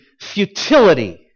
futility